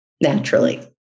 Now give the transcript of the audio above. naturally